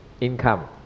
income